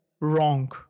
Wrong